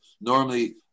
normally